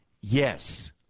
yes